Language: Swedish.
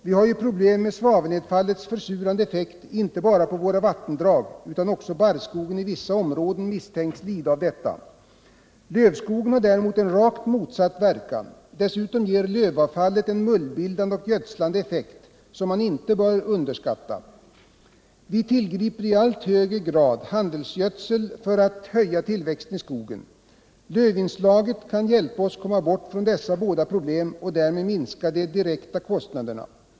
Vi har ju problem med svavelnedfallets försurande effekt; inte bara våra vattendrag utan också barrskogen i vissa områden misstänks lida av detta. Lövskogen har däremot en rakt motsatt verkan. Dessutom ger lövavfallet en mullbildande och gödslande effekt som inte bör underskattas. Vi tillgriper i allt högre grad handelsgödsel för att höja tillväxten i skogen. Lövinslaget kan hjälpa oss att komma bort från dessa båda problem och därmed minska de direkta kostnaderna.